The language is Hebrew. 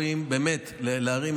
אני לא רוצה לקרוא קריאות.